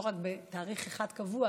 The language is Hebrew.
ולא רק בתאריך אחד קבוע,